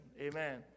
Amen